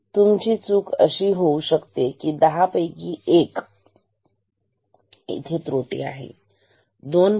तुमची चूक अशी होऊ शकते की दहा पैकी एक दहा पैकी एक त्रुटी इथे आहे 2